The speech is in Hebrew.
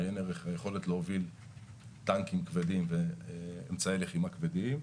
עיין ערך היכולת להוביל טנקים כבדים ואמצעי לחימה כבדים.